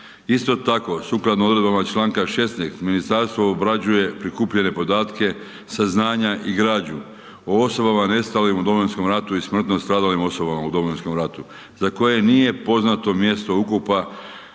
Isto tako, sukladno odredbama članka 16., ministarstvo obrađuje prikupljene podatke, saznanja i građu o osobama nestalim u Domovinskom ratu i smrtno stradalim osobama u Domovinskom ratu za koje nije poznato mjesto ukopa